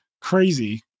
Crazy